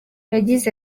yagize